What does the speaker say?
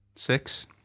Six